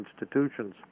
institutions